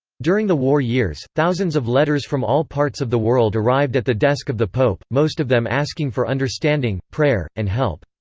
during the war years, thousands of letters from all parts of the world arrived at the desk of the pope, most of them asking for understanding, prayer, and help.